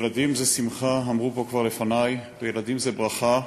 ילדים זה שמחה, אמרו פה כבר לפני, וילדים זה ברכה.